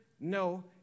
no